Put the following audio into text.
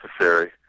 necessary